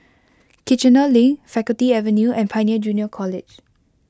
Kiichener Link Faculty Avenue and Pioneer Junior College